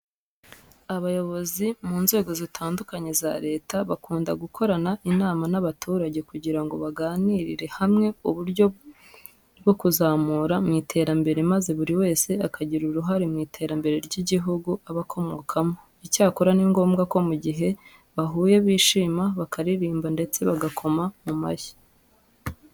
Abayobozi mu nzego zitandukanye za leta bakunda gukorana inama n'abaturage kugira ngo baganirire hamwe uburyo bwo kuzamurana mu iterambere maze buri wese akagira uruhare mu iterambere ry'igihugu aba akomokamo. Icyakora ni ngombwa ko mu gihe bahuye bishima, bakaririmba ndetse bagakoma mu mashyi.